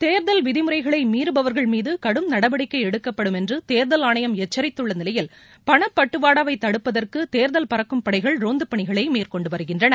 தேர்தல் விதிமுறைகளை மீறுபவர்கள் மீது கடும் நடவடிக்கை எடுக்கப்படும் என்று தேர்தல் ஆணையம் எச்சரித்துள்ள நிலையில் பணப்பட்டுவாடாவை தடுப்பதற்கு தேர்தல் பறக்கும் படைகள் ரோந்து பணிகளை மேற்கொண்டு வருகின்றன